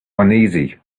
uneasy